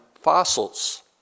fossils